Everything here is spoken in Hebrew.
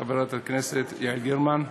חברת הכנסת יעל גרמן,